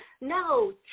No